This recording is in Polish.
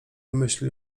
myśli